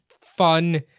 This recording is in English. fun